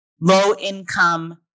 low-income